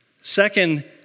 Second